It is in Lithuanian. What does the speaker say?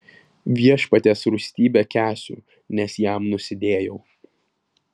viešpaties rūstybę kęsiu nes jam nusidėjau